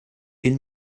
ell